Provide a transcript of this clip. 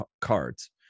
cards